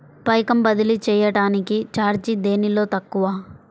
పైకం బదిలీ చెయ్యటానికి చార్జీ దేనిలో తక్కువ?